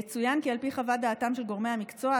יצוין כי על פי חוות דעתם של גורמי המקצוע,